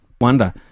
wonder